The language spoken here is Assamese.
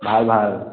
ভাল ভাল